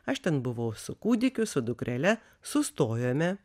aš ten buvau su kūdikiu su dukrele sustojome